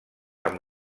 amb